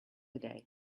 today